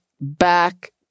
back